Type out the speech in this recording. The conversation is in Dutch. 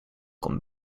komt